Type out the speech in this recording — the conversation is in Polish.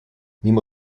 mimo